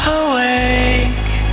awake